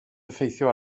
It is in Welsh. effeithio